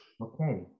Okay